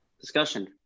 discussion